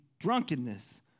drunkenness